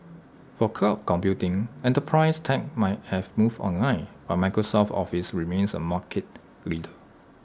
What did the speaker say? for cloud computing enterprise tech might have moved online but Microsoft's office remains A market leader